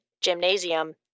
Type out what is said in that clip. gymnasium